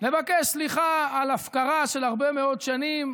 לבקש סליחה על הפקרה של הרבה מאוד שנים.